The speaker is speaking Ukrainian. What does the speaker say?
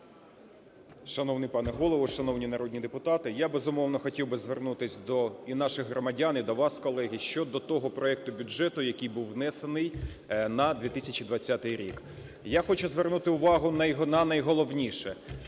Шановний пане Голово, шановні народні депутати! Я, безумовно, хотів би звернутися і до наших громадян, і до вас, колеги, щодо того проекту бюджету, який був внесений на 2020 рік. Я хочу звернути увагу на найголовніше.